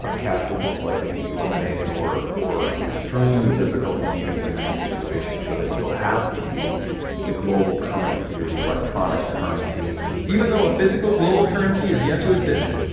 ah cash will most likely be eliminated or, or extremely difficult to use in many situations, so that you'll have to use the global currency or the electronic currency. even though a physical global currency is yet to exist,